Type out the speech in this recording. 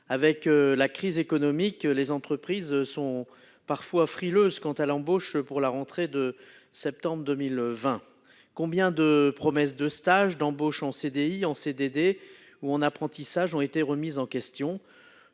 Avec la crise économique, les entreprises sont parfois frileuses à embaucher pour la rentrée de septembre. Combien de promesses de stage, d'embauche en CDI, en CDD ou en apprentissage ont-elles été remises en question ?